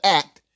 act